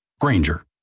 Granger